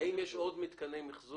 האם יש עוד מתקני מחזור